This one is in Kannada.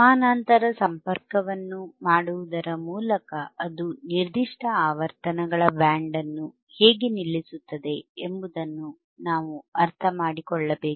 ಸಮಾನಾಂತರ ಸಂಪರ್ಕವನ್ನು ಮಾಡುವುದರ ಮೂಲಕ ಅದು ನಿರ್ದಿಷ್ಟ ಆವರ್ತನಗಳ ಬ್ಯಾಂಡ್ ಅನ್ನುಹೇಗೆ ನಿಲ್ಲಿಸುತ್ತದೆ ಎಂಬುದನ್ನು ನಾವು ಅರ್ಥ ಮಾಡಿಕೊಳ್ಳಬೇಕು